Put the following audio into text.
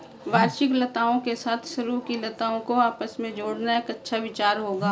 वार्षिक लताओं के साथ सरू की लताओं को आपस में जोड़ना एक अच्छा विचार होगा